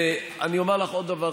ואני אומר לך עוד דבר,